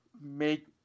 make